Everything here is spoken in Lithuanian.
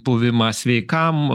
buvimą sveikam